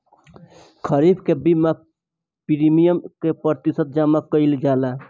खरीफ के बीमा प्रमिएम क प्रतिशत जमा कयील जाला?